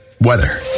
weather